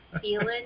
Feeling